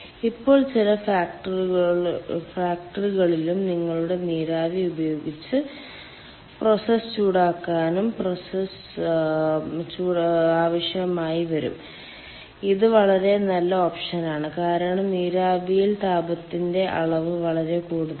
ഇപ്പോൾ പല ഫാക്ടറികളിലും നിങ്ങളുടെ നീരാവി ഉപയോഗിച്ച് പ്രോസസ്സ് ചൂടാക്കാനും പ്രോസസ്സ് ചൂടാക്കാനും ആവശ്യമായി വരും ഇത് വളരെ നല്ല ഓപ്ഷനാണ് കാരണം നീരാവിയിൽ താപത്തിന്റെ അളവ് വളരെ കൂടുതലാണ്